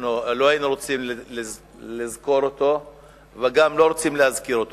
שאנחנו לא היינו רוצים לזכור אותו וגם לא רוצים להזכיר אותו.